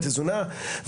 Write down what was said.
בתזונה,